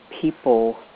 people